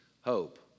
hope